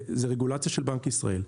זה רגולציה של בנק ישראל.